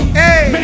hey